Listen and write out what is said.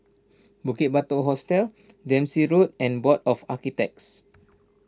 Bukit Batok Hostel Dempsey Road and Board of Architects